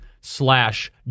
slash